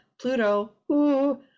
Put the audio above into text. pluto